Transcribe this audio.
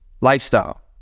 Lifestyle